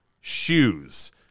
shoes